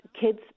Kids